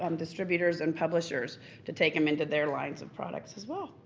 um distributors and publishers to take em into their lines of products as well.